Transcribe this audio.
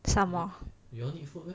some more